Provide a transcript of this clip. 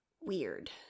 weird